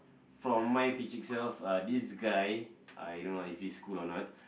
from my picture self this guy I don't know if he's cool or not